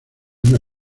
una